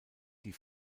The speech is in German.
die